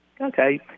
okay